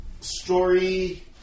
story